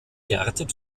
gärten